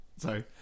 Sorry